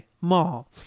mall